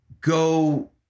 go